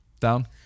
Down